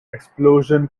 explosion